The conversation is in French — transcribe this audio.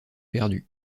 perdu